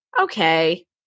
okay